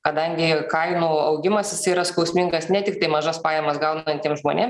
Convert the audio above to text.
kadangi kainų augimas yra skausmingas ne tiktai mažas pajamas gaunantiem žmonėm